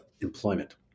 employment